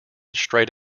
straight